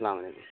سلام علیکم